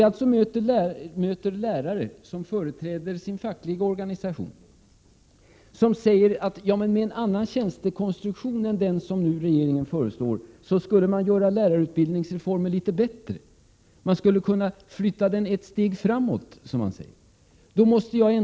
Jag möter lärare som är företrädare för sina fackliga organisationer och som säger att man med en annan tjänstekonstruktion än den regeringen föreslår kunde göra lärarutbildningsreformen litet bättre. Man skulle kunna flytta den ett steg framåt, som det uttrycks.